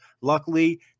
Luckily